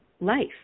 life